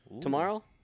tomorrow